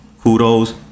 Kudos